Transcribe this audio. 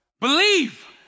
Believe